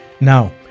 Now